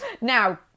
Now